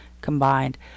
combined